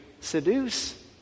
seduce